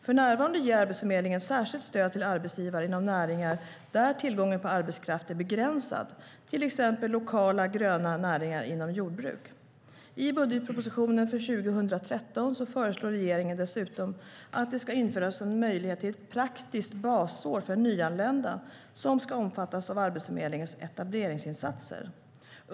För närvarande ger Arbetsförmedlingen särskilt stöd till arbetsgivare inom näringar där tillgången på arbetskraft är begränsad, till exempel lokala gröna näringar inom jordbruk. I budgetpropositionen för 2013 föreslår regeringen dessutom att det ska införas en möjlighet till ett praktiskt basår för nyanlända som ska omfattas av Arbetsförmedlingens etableringsinsatser.